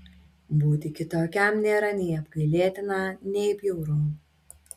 būti kitokiam nėra nei apgailėtina nei bjauru